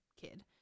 kid